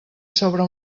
sobre